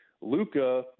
Luca